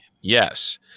Yes